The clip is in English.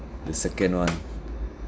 the second one